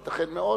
ייתכן מאוד,